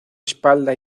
espalda